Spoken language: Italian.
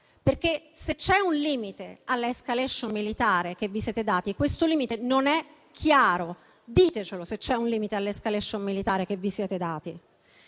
Perché se c'è un limite all'*escalation* militare, che vi siete dati, questo limite non è chiaro. Diteci se c'è un limite all'*escalation* militare che vi siete dati!